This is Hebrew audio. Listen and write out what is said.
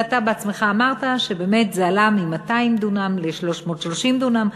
ואתה בעצמך אמרת שבאמת זה עלה מ-200,000 דונם ל-330,000 דונם,